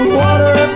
water